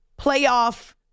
playoff